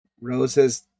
Rose's